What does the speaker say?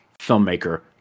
filmmaker